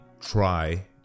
try